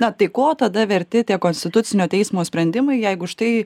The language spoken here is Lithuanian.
na tai ko tada verti tie konstitucinio teismo sprendimai jeigu štai